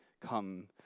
Come